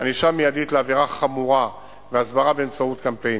ענישה מיידית על עבירה חמורה והסברה באמצעות קמפיינים.